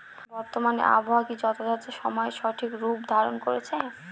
বর্তমানে আবহাওয়া কি যথাযথ সময়ে সঠিক রূপ ধারণ করছে?